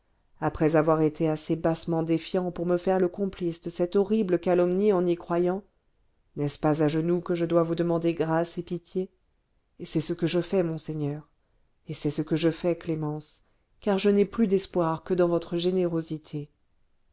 après avoir été assez bassement défiant pour me faire le complice de cette horrible calomnie en y croyant n'est-ce pas à genoux que je dois vous demander grâce et pitié et c'est que ce que je fais monseigneur et c'est ce que je fais clémence car je n'ai plus d'espoir que dans votre générosité